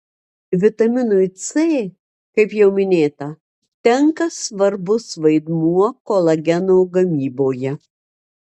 vitaminui c kaip jau minėta tenka svarbus vaidmuo kolageno gamyboje